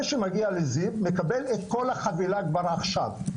שמגיע לזיו מקבל את כל החבילה כבר עכשיו,